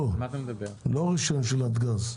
רישיון של נתג"ז,